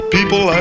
People